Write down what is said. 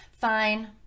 fine